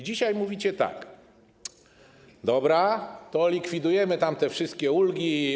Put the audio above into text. Dzisiaj mówicie tak: dobra, to likwidujemy tamte wszystkie ulgi.